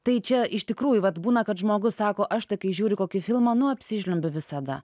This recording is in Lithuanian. tai čia iš tikrųjų vat būna kad žmogus sako aš tai kai žiūri kokį filmą nu apsižliumbiu visada